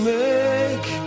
make